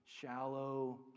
shallow